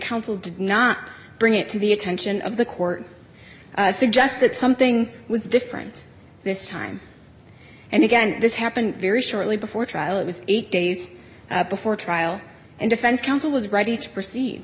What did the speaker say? counsel did not bring it to the attention of the court suggests that something was different this time and again this happen very shortly before trial it was eight days before trial and defense counsel was ready to proceed